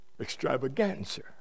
extravaganza